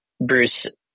Bruce